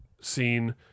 scene